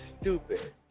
stupid